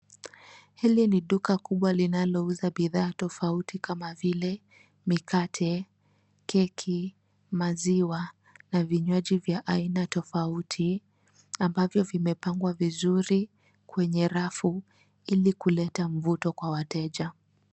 Hili ni duka kubwa linalouza bidhaa tofauti kama vile mikate, keki, maziwa na vinywaji vya aina tofauti ambavyo vimepangwa vizuri kwenye rafu ili kuleta mvuto kwa wateja.